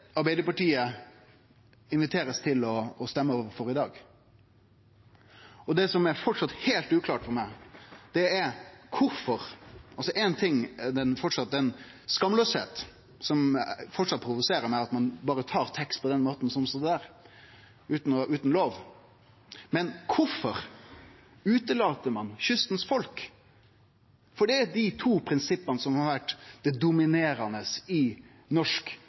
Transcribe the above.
Arbeidarpartiet inviterer til å stemme for i dag. Det som framleis er heilt uklart for meg – éin ting er den skamløysa, som framleis provoserer meg, at ein berre tar ein tekst på den måten, utan lov – er kvifor ein utelét kystfolket. For det er to prinsipp som har vore dominerande i norsk